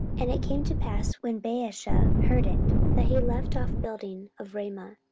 and it came to pass, when baasha heard it, that he left off building of ramah,